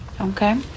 Okay